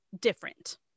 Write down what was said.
different